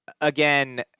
Again